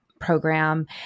program